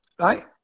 right